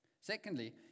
Secondly